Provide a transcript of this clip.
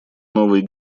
новой